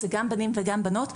זה גם בנים וגם בנות,